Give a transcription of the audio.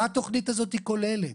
מה התוכנית הזאת כוללת?